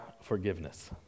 forgiveness